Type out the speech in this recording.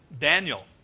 Daniel